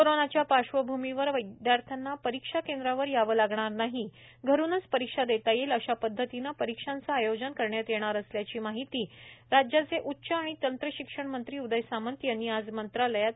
कोरोनाच्या पार्श्वभूमीवर विद्यार्थ्यांना परिक्षा केंद्रांवर यावं लागणार नाही घरूनच परिक्षा देता येईल अशा पद्धतीनं परीक्षांच आयोजन करण्यात येणार असल्याची माहिती अशी माहिती उच्च आणि तंत्रशिक्षण मंत्री उदय सामंत यांनी आज मंत्रालयात पत्रकारांशी बोलताना दिली